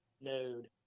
node